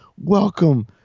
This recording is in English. welcome